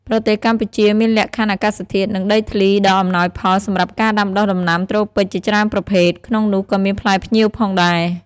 ប្រទេសកម្ពុជាមានលក្ខខណ្ឌអាកាសធាតុ និងដីធ្លីដ៏អំណោយផលសម្រាប់ការដាំដុះដំណាំត្រូពិចជាច្រើនប្រភេទ ក្នុងនោះក៏មានផ្លែផ្ញៀវផងដែរ។